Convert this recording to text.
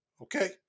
Okay